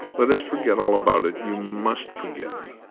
let us forget all about it. you must forget me.